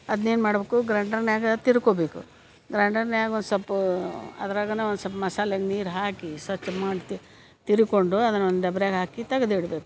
ಅದ್ನೇನು ಮಾಡಬೇಕು ಗ್ರ್ಯಾಂಡರ್ನ್ಯಾಗ ತಿರ್ಕೊಬೇಕು ಗ್ರ್ಯಾಂಡರ್ನ್ಯಾಗ ಒಂದು ಸೊಪ್ಪು ಅದ್ರಾಗನ ಒಂದು ಸೊಲ್ಪ ಮಸಾಲೆ ನೀರು ಹಾಕಿ ಸ್ವಚ್ಛ ಮಾಡಿ ತಿರುಕೊಂಡು ಅದನ್ನೊಂದು ಡಬರ್ಗ ಹಾಕಿ ತಗದಿಡಬೇಕು